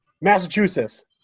Massachusetts